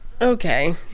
Okay